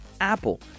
Apple